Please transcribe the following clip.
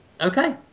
Okay